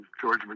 George